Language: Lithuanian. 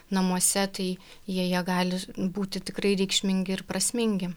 namuose tai jie jie gali būti tikrai reikšmingi ir prasmingi